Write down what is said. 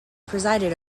presided